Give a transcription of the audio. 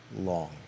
Long